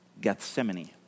Gethsemane